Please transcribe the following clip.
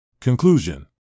Conclusion